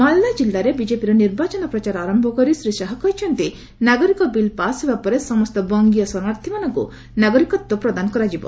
ମାଲଦା ଜିଲ୍ଲାରେ ବିଜେପିର ନିର୍ବାଚନ ପ୍ରଚାର ଆରମ୍ଭ କରି ଶ୍ରୀ ଶାହା କହିଛନ୍ତି ନାଗରିକ ବିଲ୍ ପାସ୍ ହେବା ପରେ ସମସ୍ତ ବଙ୍ଗୀୟ ଶରଣାର୍ଥୀମାନଙ୍କୁ ନାଗରିକତ୍ୱ ପ୍ରଦାନ କରାଯିବ